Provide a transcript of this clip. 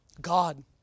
god